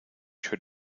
should